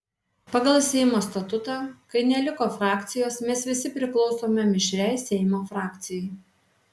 pagal seimo statutą kai neliko frakcijos mes visi priklausome mišriai seimo frakcijai